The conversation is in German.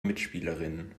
mitspielerinnen